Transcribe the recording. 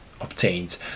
obtained